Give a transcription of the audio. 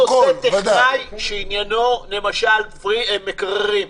כל נושא של טכנאי, שעניינו למשל מקררים.